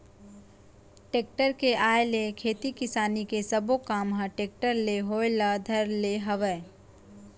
tractor के आए ले खेती किसानी के सबो काम ह टेक्टरे ले होय ल धर ले हवय